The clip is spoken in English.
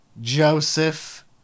Joseph